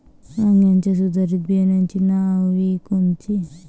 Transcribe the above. वांग्याच्या सुधारित बियाणांची नावे कोनची?